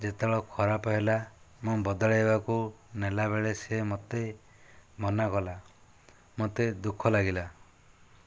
ଯେତେବେଳେ ଖରାପ ହେଲା ମୁଁ ବଦଳାଇବାକୁ ନେଲା ବେଳେ ସେ ମୋତେ ମନା କଲା ମୋତେ ଦୁଃଖ ଲାଗିଲା